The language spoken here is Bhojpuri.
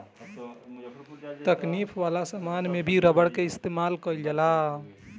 तकनीक वाला समान में भी रबर के इस्तमाल कईल जाता